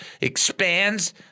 Expands